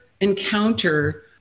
encounter